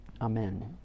Amen